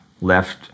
left